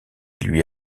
lui